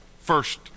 First